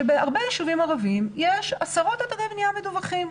שבהרבה יישובים ערביים יש עשרות אתרי בנייה מדווחים.